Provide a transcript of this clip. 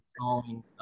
installing